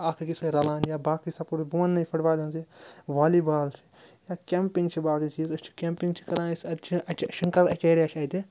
اَکھ أکِس سۭتۍ رَلان یا باقٕے سَپوٹ بہٕ وَنٛنہٕ یہِ فُٹ بالہِ ہِنٛز والی بال چھِ یا کٮ۪مپِنٛگ چھِ باقٕے چیٖز أسۍ چھِ کٮ۪مپِنٛگ چھِ کَران أسۍ اَتہِ چھِ اَچہِ شنٛکَل اَچیرِیا چھِ اَتہِ